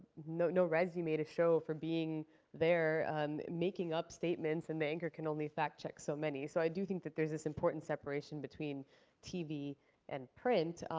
no no resume to show for being there and making up statements. and the anchor can only fact-check so many. so i do think that there's this important separation between tv and print.